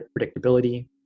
predictability